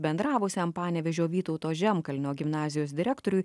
bendravusiam panevėžio vytauto žemkalnio gimnazijos direktoriui